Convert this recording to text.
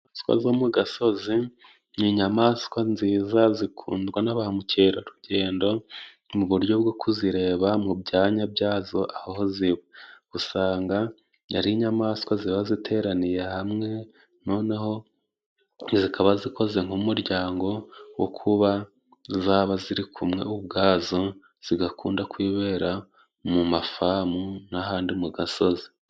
Inyamaswa zo mu gasozi ni inyamaswa nziza zikundwa na ba mukerarugendo mu buryo bwo kuzireba mu byanya byazo ahoziba; usanga ari inyamaswa ziba ziteraniye hamwe noneho zikaba zikoze nk'umuryango wo kuba zaba ziri kumwe ubwazo ,zigakunda kwibera mu mafamu n'ahandi mu gasozi.